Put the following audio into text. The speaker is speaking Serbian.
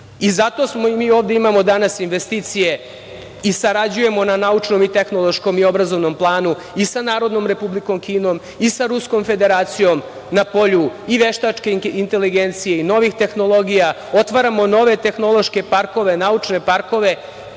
mi ovde danas imamo investicije i sarađujemo na naučnom, tehnološkom i obrazovnom planu i sa Narodnom Republikom Kinom i sa Ruskom Federacijom na polju i veštačke inteligencije i novih tehnologija. Otvaramo nove tehnološke parkove, naučne parkove.